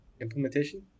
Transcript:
implementation